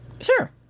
Sure